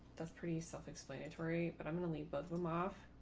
that's pretty self-explanatory, but i'm going to leave both of them off.